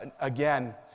again